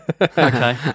okay